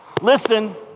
listen